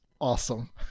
awesome